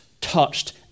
touched